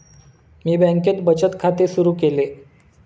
मी बँकेत बचत खाते सुरु केले